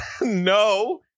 No